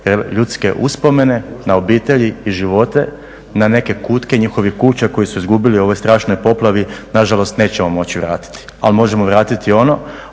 ljudske uspomene, na obitelji i živote, i na neke kutke njihovih kuća koje su izgubili u ovoj strašnoj poplavi nažalost nećemo moći vratiti, ali možemo vratiti ono,